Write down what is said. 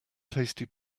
tasty